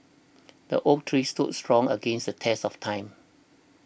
the oak tree stood strong against the test of time